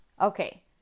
Okay